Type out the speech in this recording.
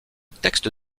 texte